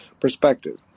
perspective